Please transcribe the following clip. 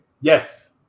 yes